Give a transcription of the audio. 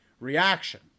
reaction